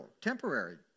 temporary